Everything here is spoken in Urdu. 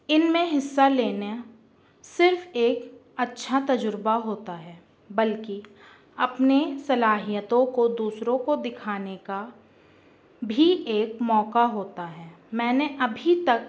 ان میں حصہ لینےا صرف ایک اچھا تجربہ ہوتا ہے بلکہ اپنے صلاحیتوں کو دوسروں کو دکھانے کا بھی ایک موقع ہوتا ہے میں نے ابھی تک